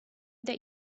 that